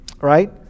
right